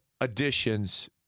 additions